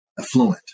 affluent